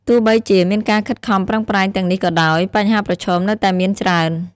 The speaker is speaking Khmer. ទោះបីជា មានការខិតខំប្រឹងប្រែងទាំងនេះក៏ដោយ បញ្ហាប្រឈមនៅតែមានច្រើន។